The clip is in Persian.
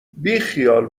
بیخیال